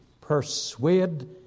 persuade